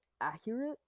accurate